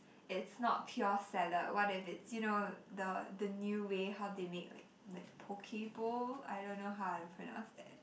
it's not pure salad what if it's you know the the new way how they make like like poke bowl I don't know how to pronounce that